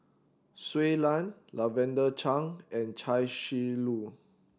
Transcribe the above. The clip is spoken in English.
Shui Lan Lavender Chang and Chia Shi Lu